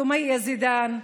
סומיה זידאן,